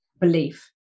belief